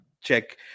check